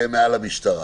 מעל המשטרה.